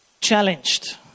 challenged